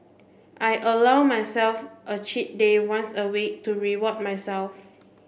I allow myself a cheat day once a week to reward myself